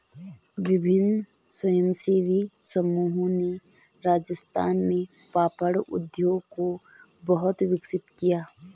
विभिन्न स्वयंसेवी समूहों ने राजस्थान में पापड़ उद्योग को बहुत विकसित किया